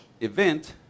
event